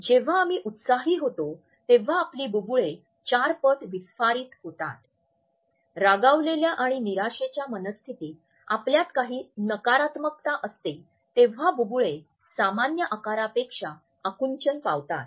जेव्हा आम्ही उत्साही होतो तेव्हा आपली बुबुळे चारपट विस्फारित होतात रागावलेल्या आणि निराशेच्या मनःस्थितीत आपल्यात काही नकारात्मकता असते तेव्हा बुबुळे सामान्य आकारापेक्षा आकुंचन पावतात